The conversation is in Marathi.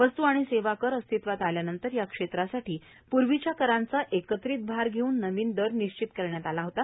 वस्तू आणि सेवा कर अस्तित्वात आल्यानंतर या क्षेत्रासाठी पूर्वीच्या करांचा एकत्रित भार घेऊन नवीन दर निश्चित करण्यात आला होता